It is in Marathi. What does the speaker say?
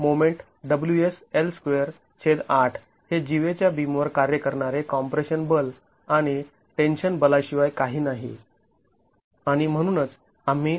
म्हणून मोमेंट हे जीवे च्या बीमवर कार्य करणारे कॉम्प्रेशन बल आणि टेन्शन बला शिवाय काही नाही